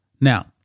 Now